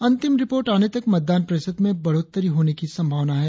अंतिम रिपोर्ट आने तक मतदान प्रतिशत में बढ़ोत्तरी होने की संभावना है